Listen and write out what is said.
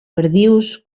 perdius